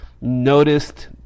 noticed